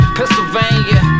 Pennsylvania